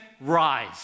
rise